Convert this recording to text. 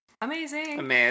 Amazing